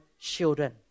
children